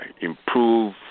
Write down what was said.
improve